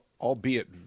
albeit